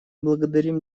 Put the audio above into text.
благодарим